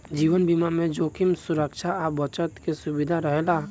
जीवन बीमा में जोखिम सुरक्षा आ बचत के सुविधा रहेला का?